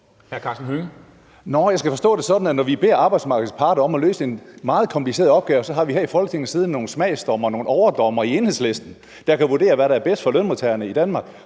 når vi beder arbejdsmarkedets parter om at løse en meget kompliceret opgave, har vi her i Folketinget nogle smagsdommere, nogle overdommere i Enhedslisten, der kan vurdere, hvad der er bedst for lønmodtagerne i Danmark,